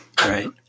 Right